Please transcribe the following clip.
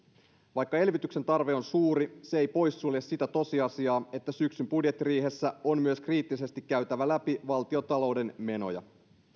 vaikka elvytyksen tarve on suuri se ei poissulje sitä tosiasiaa että syksyn budjettiriihessä on myös kriittisesti käytävä läpi valtiontalouden menoja